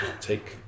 take